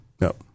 No